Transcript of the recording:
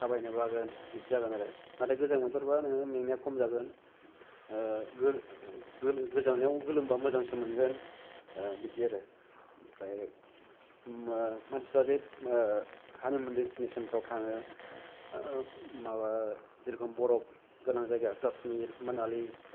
थाबायनो बागोन बिदि जागोन आरो नाथाय गोजां बोथोरबा नोङो मेंनाया खम जागोन गोल गोलो गोजांनायाव गोलोमबा मोजांसो मोनगोन बिदि आरो ओमफ्राय मानसिफ्रा जे हानिमुन देस्टिनेसनफोराव थाङो माबा जेर'खम बरफ गोनां जायगा कासमिर मानालि